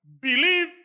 Believe